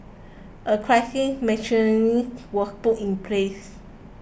a crisis machinery was put in place